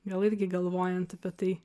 gal irgi galvojant apie tai